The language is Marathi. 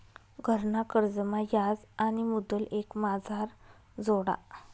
घरना कर्जमा याज आणि मुदल एकमाझार जोडा